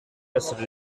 essere